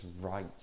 right